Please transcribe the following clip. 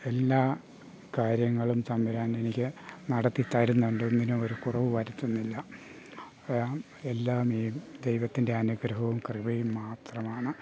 എല്ലാ കാര്യങ്ങളും തമ്പുരാൻ എനിക്ക് നടത്തി തരുന്നുണ്ട് ഒന്നിനും ഒരു കുറവ് വരുത്തുന്നില്ല അപ്പാം എല്ലാം ഈ ദൈവത്തിൻ്റെ അനുഗ്രഹവും കൃപയും മാത്രമാണ്